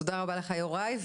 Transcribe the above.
תודה רבה לך, יוראי.